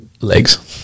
legs